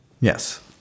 Yes